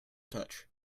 touch